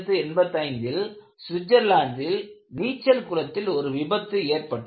1985 ல் சுவிச்சர்லாந்தில் நீச்சல் குளத்தில் ஒரு விபத்து ஏற்பட்டது